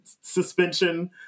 suspension